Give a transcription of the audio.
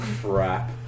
crap